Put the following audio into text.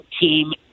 team